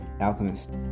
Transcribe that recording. alchemist